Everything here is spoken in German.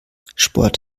sport